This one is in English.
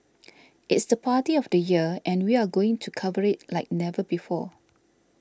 it's the party of the year and we are going to cover it like never before